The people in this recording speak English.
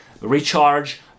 recharge